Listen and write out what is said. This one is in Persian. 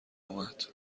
آمد